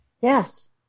yes